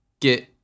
get